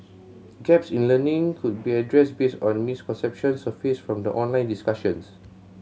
gaps in learning could be addressed based on misconceptions surfaced from the online discussions